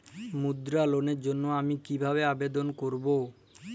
মুদ্রা লোনের জন্য আমি কিভাবে আবেদন করবো?